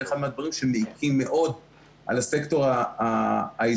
זה אחד מהדברים שמעיקים מאוד על הסקטור העסקי,